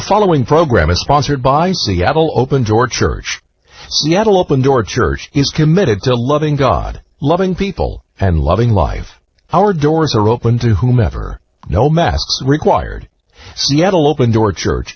following program is sponsored by seattle open door church yet open door church is committed to loving god loving people and loving life our doors are open to whomever no mass required seattle open door church